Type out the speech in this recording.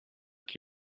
qui